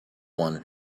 one